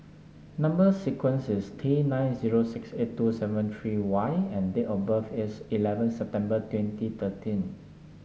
number sequence is T nine zero six eight two seven three Y and date of birth is eleven September twenty thirteen